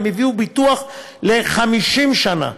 והם הביאו ביטוח ל-50 שנה,